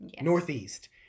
northeast